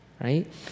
right